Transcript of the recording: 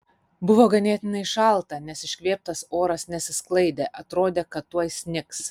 buvo ganėtinai šalta nes iškvėptas oras nesisklaidė atrodė kad tuoj snigs